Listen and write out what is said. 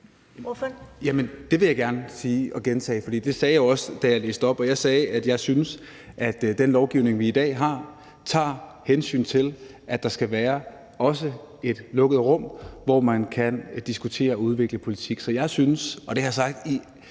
det vil jeg gerne sige og gentage. For det sagde jeg jo også, da jeg læste op. Jeg sagde, at jeg synes, at den lovgivning, vi i dag har, tager hensyn til, at der også skal være et lukket rum, hvor man kan diskutere og udvikle politik. Så jeg synes, og det har jeg sagt i